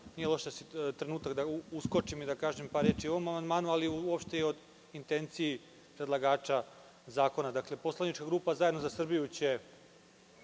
nije loš trenutak da uskočim i kažem par reči o ovom amandmanu, ali uopšte o intenciji predlagača zakona. Dakle, poslanička grupa Zajedno za Srbiju će